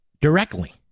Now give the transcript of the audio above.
directly